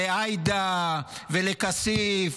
לעאידה ולכסיף,